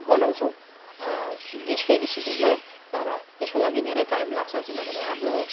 बनाउँछौँ गेस्टकै रेसिपीमा तर त्यसको लागि धेरै टाइम लाग्छ किनभने हाम्रो